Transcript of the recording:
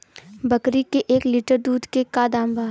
बकरी के एक लीटर दूध के का दाम बा?